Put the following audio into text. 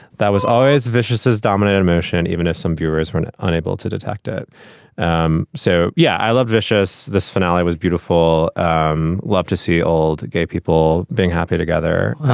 that was always vicious, his dominant emotion, even if some viewers were unable to detect it um so yeah, i love vicious. this finale was beautiful. um love to see old gay people being happy together.